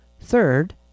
Third